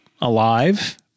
alive